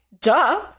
duh